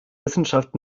wissenschaft